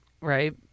right